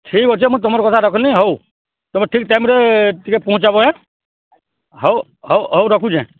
ଠିକ୍ ଅଛି ମୁଁ ତୁମର କଥା ରଖିଲି ହଉ ତୁମେ ଠିକ୍ ଟାଇମରେ ଟିକେ ପହଞ୍ଚାଇବ ହଉ ହଉ ହଉ ରଖୁଛି